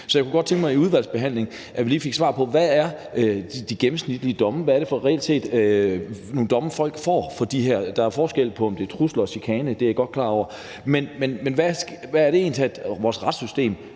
Så jeg kunne godt tænke mig, at vi i udvalgsbehandlingen lige fik svar på, hvad de gennemsnitlige domme er, hvad det reelt set er for nogle domme, folk får. For der er forskel på, om det er trusler og chikane – det er jeg godt klar over – men hvad er det egentlig taget vores retssystem